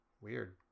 Weird